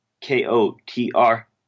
K-O-T-R